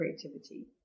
creativity